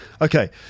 Okay